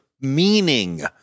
meaning